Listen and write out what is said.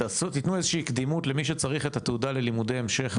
שתתנו איזושהי קדימות למי שצריך את התעודה ללימודי המשך,